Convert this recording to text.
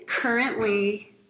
currently